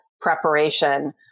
preparation